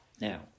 Now